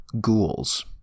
ghouls